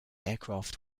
aircraft